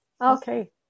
Okay